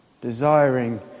desiring